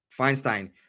Feinstein